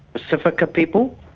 pacifica people,